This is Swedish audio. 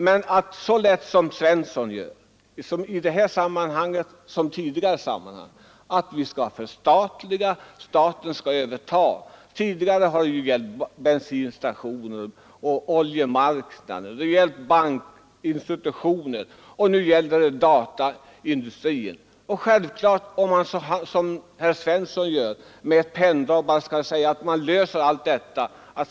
Herr Svensson gör i detta som i tidigare sammanhang det lätt för sig och säger att staten skall överta det hela. Tidigare har det gällt bensinstationer, oljemarknaden och bankinstitutioner, och nu gäller det dataindustrin. Herr Svensson vill med ett penndrag lösa dessa problem.